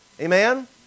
Amen